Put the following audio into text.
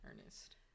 earnest